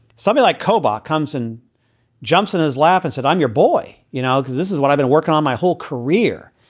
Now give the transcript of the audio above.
something like kobar comes and jumps in his lap and said, i'm your boy. you know, because this is what i've been working on my whole career.